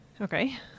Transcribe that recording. Okay